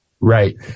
Right